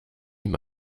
ihm